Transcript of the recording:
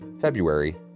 February